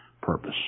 purpose